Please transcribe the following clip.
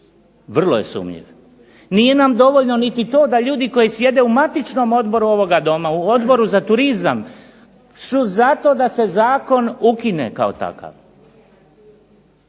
vrlo je sumnjiv. Nije nam dovoljno niti to da ljudi koji sjede u matičnom odboru ovoga Doma u Odboru za turizam su za to da se zakon ukine kao takav.